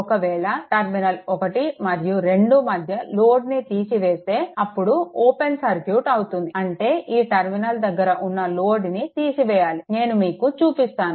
ఒకవేళ టర్మినల్ 1 మరియు 2 మధ్య లోడ్ని తీసివేస్తే అప్పుడు ఓపెన్ సర్క్యూట్ అవుతుంది అంటే ఈ టర్మినల్ దగ్గర ఉన్న లోడ్ని తీసివేయాలి నేను మీకు చూపిస్తాను